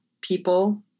people